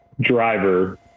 driver